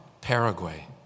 Paraguay